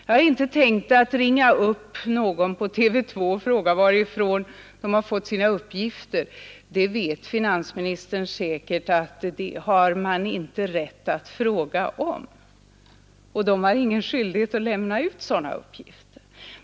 Jag har inte tänkt ringa upp någon på TV 2 och fråga varifrån de fått sina uppgifter. Finansministern vet säkert, att de inte har någon skyldighet att lämna ut sådana uppgifter.